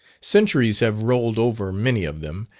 centuries have rolled over many of them,